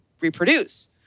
reproduce